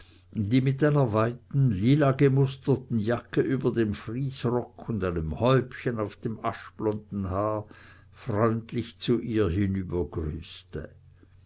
die mit einer weiten lilagemusterten jacke über den friesrock und einem häubchen auf dem aschblonden haar freundlich zu ihr